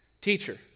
Teacher